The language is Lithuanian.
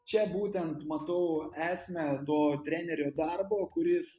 čia būtent matau esmę to trenerio darbo kuris